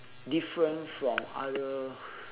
different from other